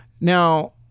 Now